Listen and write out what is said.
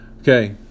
okay